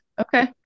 Okay